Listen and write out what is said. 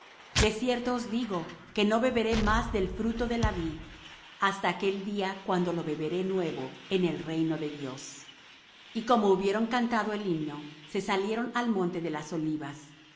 cierto os digo que no beberé más del fruto de la vid hasta aquel día cundo lo beberé nuevo en el reino de dios y como hubieron cantado el himno se salieron al monte de las olivas